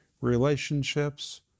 relationships